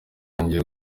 yongeye